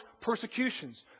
persecutions